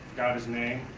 his name